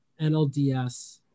NLDS